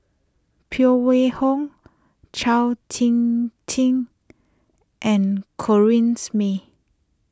Phan Wait Hong Chao Tin Tin and Corrinne May